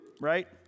right